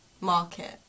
market